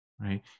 Right